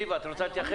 זיוה, את רוצה להתייחס?